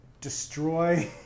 destroy